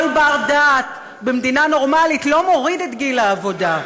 כל בר-דעת במדינה נורמלית לא מוריד את גיל העבודה.